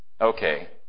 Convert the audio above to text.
Okay